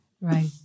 Right